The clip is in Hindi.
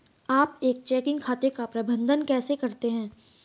आप एक चेकिंग खाते का प्रबंधन कैसे करते हैं?